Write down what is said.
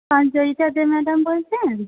Sanchayita De madam বলছেন